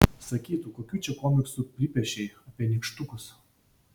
sakytų kokių čia komiksų pripiešei apie nykštukus